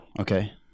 Okay